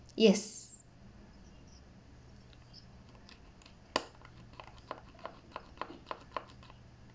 yes